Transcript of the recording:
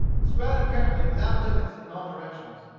spread apparently without limits in all directions.